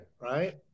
right